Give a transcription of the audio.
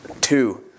Two